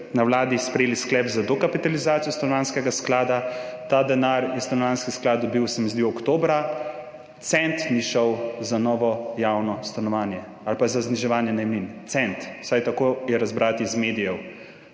na Vladi sprejeli sklep za dokapitalizacijo stanovanjskega sklada. Ta denar je Stanovanjski sklad dobil, se mi zdi, oktobra. Niti cent ni šel za novo javno stanovanje ali pa za zniževanje najemnin, vsaj tako je razbrati iz medijev.